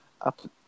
Up